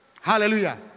Hallelujah